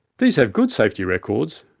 these have good safety records,